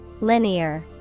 Linear